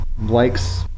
likes